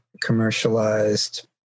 commercialized